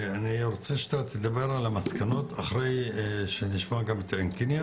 אני רוצה שאתה תדבר על המסקנות אחרי שנשמע גם את עין קינא,